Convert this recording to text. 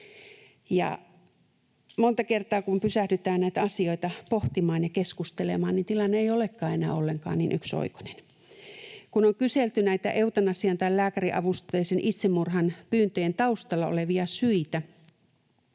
Monta kertaa, kun pysähdytään näitä asioita pohtimaan ja keskustelemaan, niin tilanne ei olekaan enää ollenkaan niin yksioikoinen. Kun on kyselty näitä eutanasian tai lääkäriavusteisen itsemurhan pyyntöjen taustalla olevia syitä